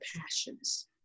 passions